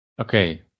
Okay